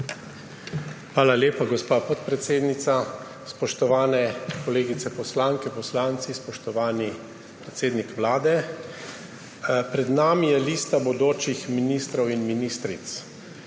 Hvala lepa, gospa podpredsednica. Spoštovane kolegice poslanke, poslanci, spoštovani predsednik Vlade! Pred nami je lista bodočih ministrov in ministric.